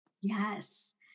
Yes